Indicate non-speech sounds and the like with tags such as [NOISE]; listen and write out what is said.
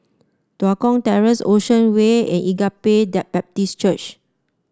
Tua Kong Terrace Ocean Way and Agape [UNINTELLIGIBLE] Baptist Church